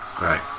Right